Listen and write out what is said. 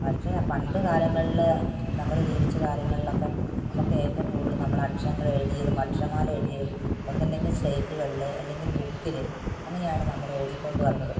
പക്ഷെ പണ്ടു കാലങ്ങളിൽ നമ്മൾ ജീവിച്ച കാലങ്ങളിലൊക്കെ നമുക്ക് ഏറ്റവും കൂടുതൽ നമ്മളെ അക്ഷരങ്ങൾ എഴുതിയതും അക്ഷരമാല എഴുതിയതും ഒന്നല്ലെങ്കിൽ സ്ലേറ്റുകളിൽ അല്ലെങ്കിൽ ബുക്കിൽ അങ്ങനെയാണ് നമ്മൾ എഴുതിക്കൊണ്ട് വന്നത്